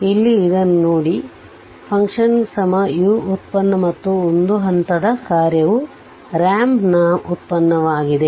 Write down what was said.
ಇಲ್ಲಿ ಇದನ್ನು ನೋಡಿ ಫಂಕ್ಷನ್ u ವ್ಯುತ್ಪನ್ನ ಮತ್ತು ಒಂದು ಹಂತದ ಕಾರ್ಯವು ರಾಂಪ್ ನ ವ್ಯುತ್ಪನ್ನವಾಗಿದೆ